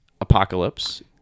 Apocalypse